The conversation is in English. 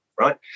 right